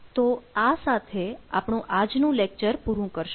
તો આ સાથે આપણે આજનું લેક્ચર પુરુ કરશું